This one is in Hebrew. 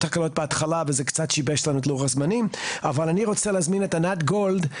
אני רוצה להזמין את ענת גולד,